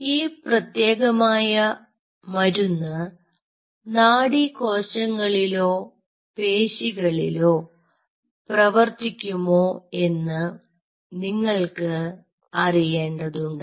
ഈ പ്രത്യേകമായ മരുന്ന് നാഡീ കോശങ്ങളിലോ പേശികളിലോ പ്രവർത്തിക്കുമോ എന്ന് നിങ്ങൾക്ക് അറിയേണ്ടതുണ്ട്